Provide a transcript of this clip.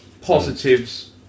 positives